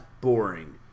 boring